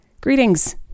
Greetings